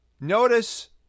Notice